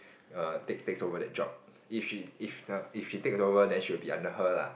err take takes over the job if she if the if she takes over then she will be under her lah